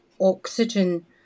oxygen